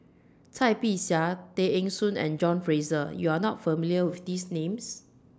Cai Bixia Tay Eng Soon and John Fraser YOU Are not familiar with These Names